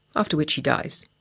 after which he dies.